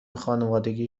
خانوادگی